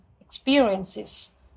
experiences